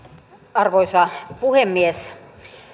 arvoisa puhemies